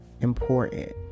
important